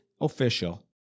official